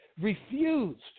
refused